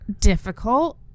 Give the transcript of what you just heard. difficult